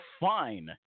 fine